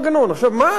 מה אני רואה?